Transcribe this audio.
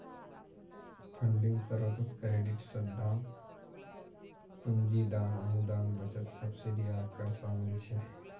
funding स्रोतोत credit, उद्दाम पूंजी, दान, अनुदान, बचत, सब्सिडी आर कर शामिल छे